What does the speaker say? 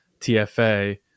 TFA